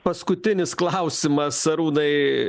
paskutinis klausimas arūnai